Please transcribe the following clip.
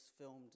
filmed